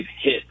hit